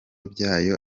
byayo